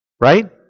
Right